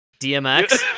DMX